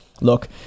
look